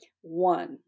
One